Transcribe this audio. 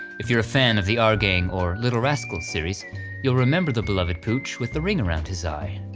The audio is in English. if you're a fan of the our gang or little rascals series you'll remember the beloved pooch with the ring around his eye.